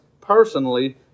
personally